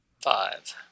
Five